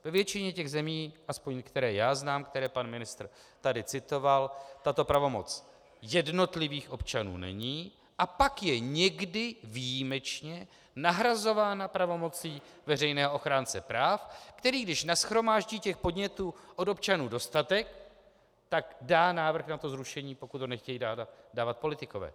Ve většině těch zemí, aspoň které já znám, které pan ministr tady citoval, tato pravomoc jednotlivých občanů není, a pak je někdy výjimečně nahrazována pravomocí veřejného ochránce práv, který když nashromáždí podnětů od občanů dostatek, dá návrh na zrušení, pokud ho nechtějí dávat politikové.